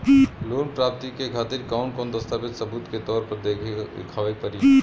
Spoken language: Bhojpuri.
लोन प्राप्ति के खातिर कौन कौन दस्तावेज सबूत के तौर पर देखावे परी?